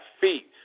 feet